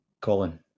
Colin